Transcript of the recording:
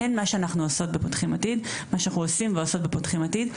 הן מה שאנחנו עושות ועושים בתוכנית "פותחים עתיד",